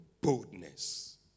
boldness